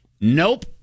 nope